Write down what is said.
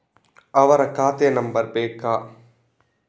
ಅವರ ಖಾತೆ ನಂಬರ್ ಬೇಕಾ?